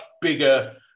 bigger